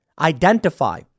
identify